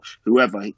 whoever